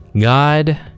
God